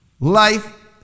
Life